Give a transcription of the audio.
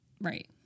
right